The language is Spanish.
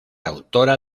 autora